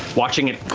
watching it